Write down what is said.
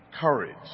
courage